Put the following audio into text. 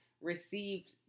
received